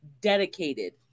dedicated